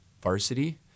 varsity